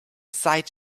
side